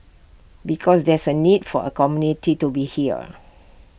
because there's A need for A community to be here